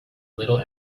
little